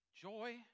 Joy